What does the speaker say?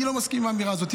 אני לא מסכים עם האמירה הזאת.